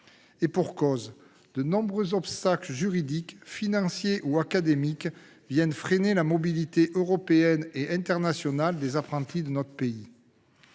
Et pour cause ! De nombreux obstacles juridiques, financiers ou académiques viennent freiner la mobilité européenne et internationale des apprentis de notre pays.